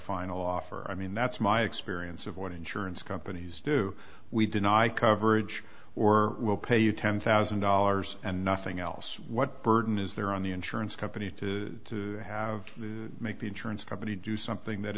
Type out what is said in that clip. final offer i mean that's my experience of what insurance companies do we deny coverage or we'll pay you ten thousand dollars and nothing else what burden is there on the insurance company to have to make the insurance company do something that